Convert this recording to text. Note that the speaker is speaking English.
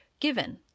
given